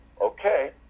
okay